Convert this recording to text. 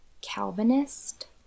Calvinist